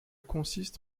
consiste